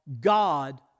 God